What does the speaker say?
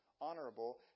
Honorable